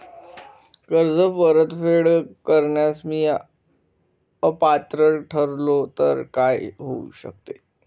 कर्ज परतफेड करण्यास मी अपात्र ठरलो तर काय होऊ शकते?